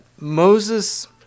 Moses